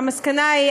והמסקנה היא,